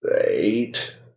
eight